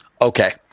Okay